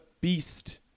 beast